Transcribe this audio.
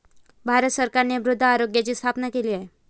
भारत सरकारने मृदा आरोग्याची स्थापना केली आहे